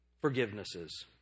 Forgivenesses